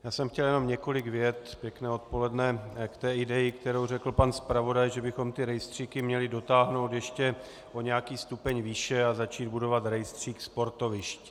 Já jsem chtěl jenom několik vět, pěkné odpoledne, k té ideji, kterou řekl pan zpravodaj, že bychom ty rejstříky měli dotáhnout ještě o nějaký stupeň výše a začít budovat rejstřík sportovišť.